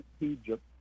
Egypt